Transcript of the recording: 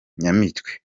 nyamitwe